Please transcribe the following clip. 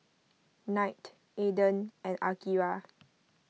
Knight Aden and Akira